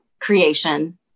creation